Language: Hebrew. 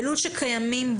אם כן , בלול שקיימים בו